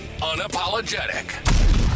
unapologetic